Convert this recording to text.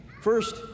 First